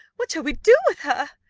what shall we do with her?